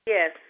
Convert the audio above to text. Yes